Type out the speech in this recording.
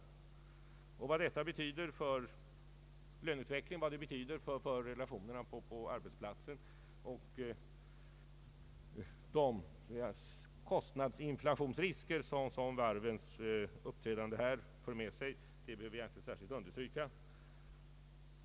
Vad varvens uppträdande här betyder för löneutvecklingen, relationerna på arbetsplatsen och kostnadsinflationsrisken behöver jag inte särskilt understryka.